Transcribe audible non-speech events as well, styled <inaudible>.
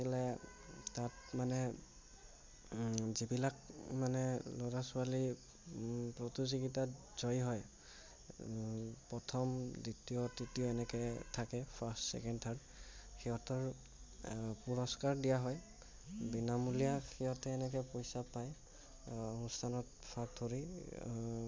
খেলা তাত মানে যিবিলাক মানে ল'ৰা ছোৱালী প্ৰতিযোগিতাত জয়ী হয় প্ৰথম দ্বিতীয় তৃতীয় এনেকৈ থাকে ফাৰ্ষ্ট চেকেণ্ড থাৰ্ড সিহঁতক পুৰস্কাৰ দিয়া হয় বিনামূলীয়া সিহঁতে এনেকৈ পইচা পায় অনুস্থানত <unintelligible>